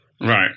Right